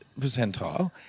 percentile